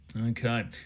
Okay